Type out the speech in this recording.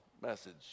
message